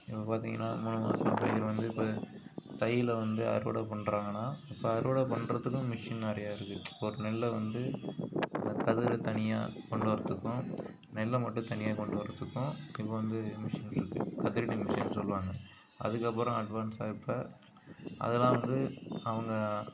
இப்போ பார்த்தீங்கனா மூணு மாதம் பயிர் வந்து இப்போ தையில் வந்து அறுவடை பண்றாங்கனா இப்போ அறுவடை பண்றதுக்கும் மிஷின் நிறையா இருக்குது இப்போ ஒரு நெல்லை வந்து அந்த கதிரு தனியாக கொண்டு வரதுக்கும் நெல்லை மட்டும் தனியாக கொண்டு வரதுக்கும் இப்போ வந்து மிஷின் இருக்குது கதிரடி மிஷின்னு சொல்லுவாங்க அதுக்கப்புறம் அட்வான்சாக இப்போ அதலான் வந்து அவங்க